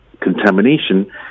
contamination